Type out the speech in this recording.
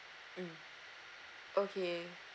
mm okay